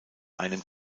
einem